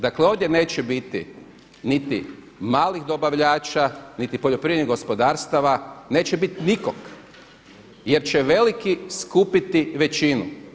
Dakle, ovdje neće biti niti malih dobavljača, niti poljoprivrednih gospodarstava, neće biti nikog jer će veliki skupiti većinu.